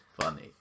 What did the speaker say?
funny